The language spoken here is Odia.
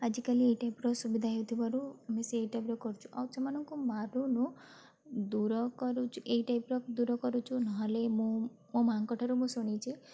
ଆଜିକାଲି ଏଇ ଟାଇପ୍ର ସୁବିଧା ହେଇଥିବାରୁ ଆମେ ସେଇ ଟାଇପ୍ର କରୁଛୁ ଆଉ ସେମାନଙ୍କୁ ମରୁନୁ ଦୁର କରୁଛୁ ଏଇ ଟାଇପ୍ର ଦୂର କରୁଛୁ ନହେଲେ ମୁଁ ମୋ ମା'ଙ୍କ ଠାରୁ ମୁଁ ଶୁଣିଛି